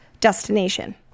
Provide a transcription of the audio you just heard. destination